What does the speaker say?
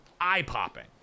eye-popping